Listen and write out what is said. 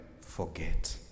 forget